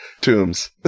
tombs